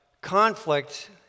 conflict